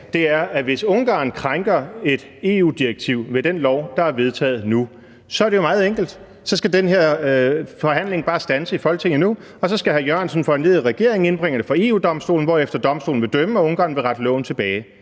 er, at hvis Ungarn krænker et EU-direktiv med den lov, der er vedtaget nu, så er det jo meget enkelt. Så skal den her forhandling i Folketinget bare standse nu, og så skal hr. Jan E. Jørgensen foranlediget af regeringen indbringe det for EU-Domstolen, hvorefter Domstolen vil dømme og Ungarn vil rette loven tilbage.